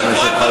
לא.